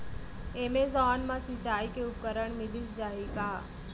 Amazon मा सिंचाई के उपकरण मिलिस जाही का?